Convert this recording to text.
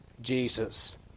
Jesus